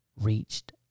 reached